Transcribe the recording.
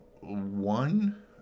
one